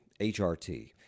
HRT